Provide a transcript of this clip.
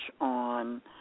on